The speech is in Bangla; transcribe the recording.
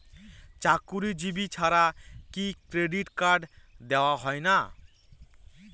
চাকুরীজীবি ছাড়া কি ক্রেডিট কার্ড দেওয়া হয় না?